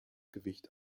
gewicht